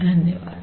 धन्यवाद